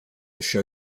show